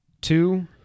Two